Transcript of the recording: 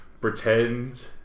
pretend